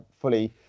fully